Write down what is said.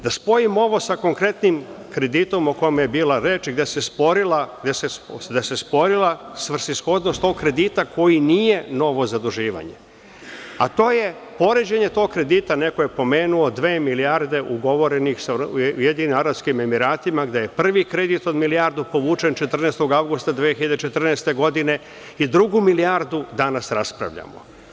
Da spojim ovo sa konkretnim kreditom o kome je bilo reč gde se sporila svrsishodnost tog kredita koji nije novo zaduživanje, a to je poređenje tog kredita, neko je pomenuo dve milijarde ugovorenih sa Ujedinjenim Arapskim Emiratima gde je prvi kredit od milijardu povučen 14. avgusta 2014. godine i drugu milijardu danas raspravljamo.